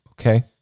okay